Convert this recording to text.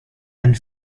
and